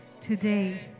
Today